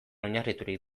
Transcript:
oinarriturik